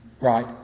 Right